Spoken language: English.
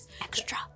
Extra